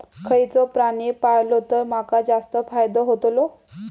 खयचो प्राणी पाळलो तर माका जास्त फायदो होतोलो?